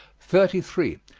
thirty three.